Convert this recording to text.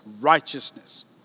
righteousness